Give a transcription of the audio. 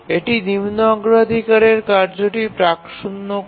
এটি নিম্ন অগ্রাধিকারের কার্যটি প্রাক শূন্য করে